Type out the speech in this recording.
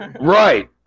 Right